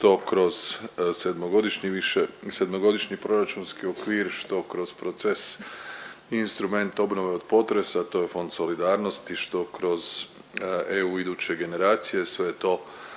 više…, 7-godišnji proračunski okvir, što kroz proces instrument obnove od potresa, to je Fond solidarnosti, što kroz EU iduće generacije, sve je to